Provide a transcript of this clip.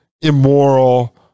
immoral